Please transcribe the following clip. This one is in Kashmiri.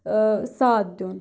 ساتھ دیُن